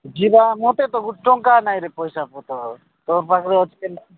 ଯିବା ମୋତେ ତ ଗୋଟେ ଟଙ୍କା ନାହିଁରେ ପଇସା ପତର ତୋ ପାଖରେ ଅଛି କିନା